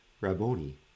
Rabboni